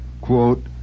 quote